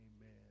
amen